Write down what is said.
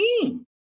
team